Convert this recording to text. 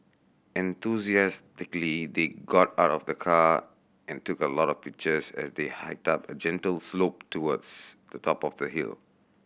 enthusiastically they got out of the car and took a lot of pictures as they hiked up a gentle slope towards the top of the hill